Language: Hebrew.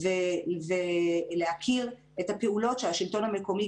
כדי להכיר את הפעולות שהשלטון המקומי,